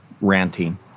ranting